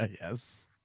Yes